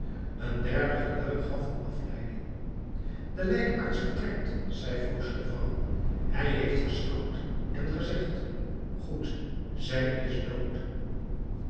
een derde gelui gaf een afleiding de lijkarts vertrekt zei fauchelevent hij heeft geschouwd en gezegd goed zij is dood